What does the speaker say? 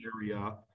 area